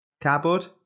Cardboard